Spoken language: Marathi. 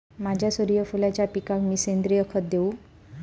माझ्या सूर्यफुलाच्या पिकाक मी सेंद्रिय खत देवू?